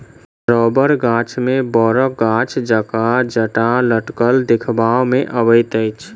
रबड़ गाछ मे बड़क गाछ जकाँ जटा लटकल देखबा मे अबैत अछि